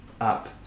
up